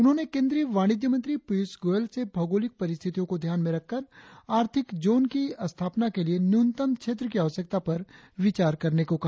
उन्होंने केंद्रीय वाणिज्य मंत्री पीयूष गोयल से भौगोलिक परिस्थितियों को ध्यान में रखकर आर्थिक जोन के स्थापना के लिए न्यूनतम क्षेत्र की आवश्यकता पर विचार करने को कहा